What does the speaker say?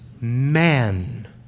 man